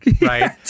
right